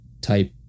type